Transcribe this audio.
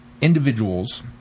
individuals